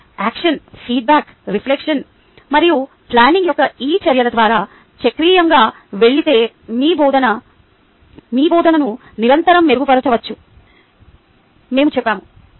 మీరు action feedback reflection మరియు planning యొక్క ఈ చర్యల ద్వారా చక్రీయంగా వెళితే మీ బోధనను నిరంతరం మెరుగుపరచవచ్చని మేము చెప్పాము